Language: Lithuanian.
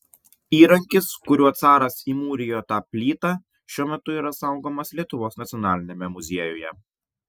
įrankis kuriuo caras įmūrijo tą plytą šiuo metu yra saugomas lietuvos nacionaliniame muziejuje